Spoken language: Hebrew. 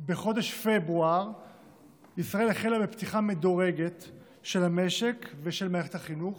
בחודש פברואר ישראל החלה בפתיחה מדורגת של המשק ושל מערכת החינוך.